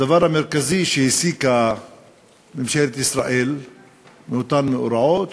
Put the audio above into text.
הדבר המרכזי שהסיקה ממשלת ישראל באותם מאורעות,